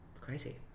crazy